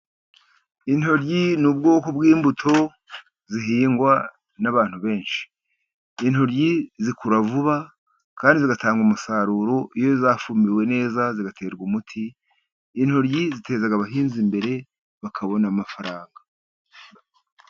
Intoryi ni ubwoko bw'imbuto zihingwa n'abantu benshi. Intoyi zikura vuba kandi zigatanga umusaruro, iyo zafumbiwe neza, zigaterwa, umuti intoyi ziteza abahinzi imbere, bakabona amafaranga.